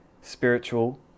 spiritual